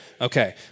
Okay